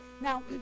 Now